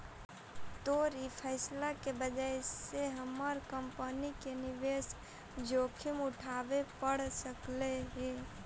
तोर ई फैसला के वजह से हमर कंपनी के निवेश जोखिम उठाबे पड़ सकलई हे